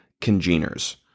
congeners